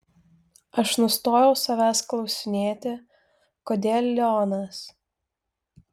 aš nustojau savęs klausinėti kodėl lionas